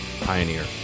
pioneer